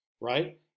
Right